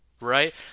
right